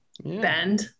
bend